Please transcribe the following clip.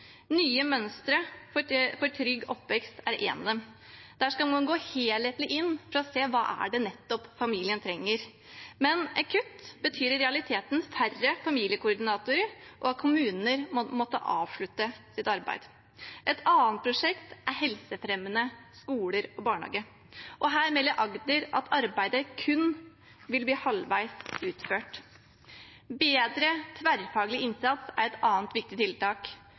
Der skal man gå helhetlig inn for å se nettopp hva familiene trenger. Men et kutt betyr i realiteten færre familiekoordinatorer og at kommuner må avslutte sitt arbeid. Et annet prosjekt er helsefremmende skoler og barnehager. Her melder Agder at arbeidet kun vil bli halvveis utført. Bedre tverrfaglig innsats er et annet viktig tiltak,